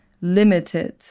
limited